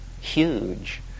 huge